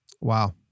Wow